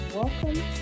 Welcome